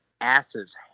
asses